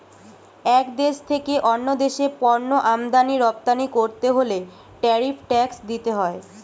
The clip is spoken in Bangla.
এক দেশ থেকে অন্য দেশে পণ্য আমদানি রপ্তানি করতে হলে ট্যারিফ ট্যাক্স দিতে হয়